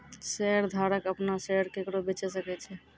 शेयरधारक अपनो शेयर केकरो बेचे सकै छै